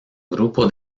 grupo